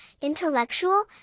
intellectual